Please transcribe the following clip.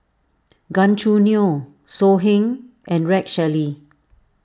Gan Choo Neo So Heng and Rex Shelley